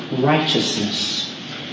righteousness